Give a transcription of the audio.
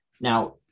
Now